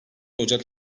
ocak